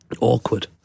Awkward